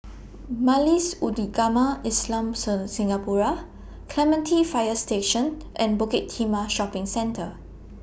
Majlis Ugama Islamcen Singapura Clementi Fire Station and Bukit Timah Shopping Centre